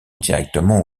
directement